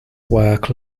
work